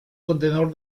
contenedor